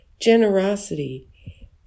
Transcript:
generosity